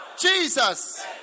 Jesus